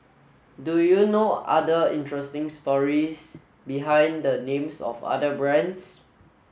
do you know other interesting stories behind the names of other brands